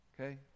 okay